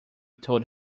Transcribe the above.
told